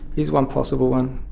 is one possible one.